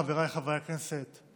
חבריי חברי הכנסת,